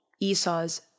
Esau's